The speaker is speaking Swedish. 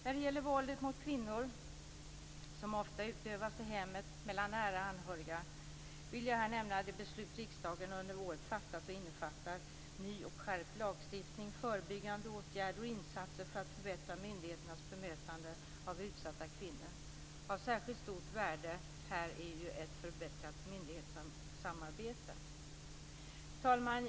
När det gäller våldet mot kvinnor, som oftast utövas i hemmet mellan nära anhöriga, vill jag här nämna det beslut som riksdagen under året fattat och som innebär ny och skärpt lagstiftning, förebyggande åtgärder och insatser för att förbättra myndigheternas bemötande av utsatta kvinnor. Av särskilt stort värde är ett förbättrat myndighetssamarbete. Fru talman!